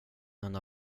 enda